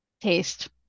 taste